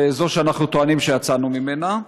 זו שאנחנו טוענים שיצאנו ממנה,